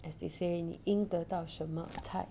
as they say 你应得到什么菜